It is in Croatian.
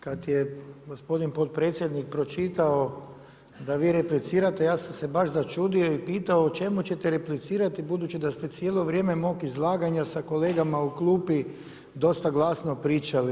Kad je gospodin potpredsjednik pročitao da vi replicirate ja sam se baš začudio i pitao o čemu ćete replicirati budući da ste cijelo vrijeme mog izlaganja sa kolegama u klupi dosta glasno pričali.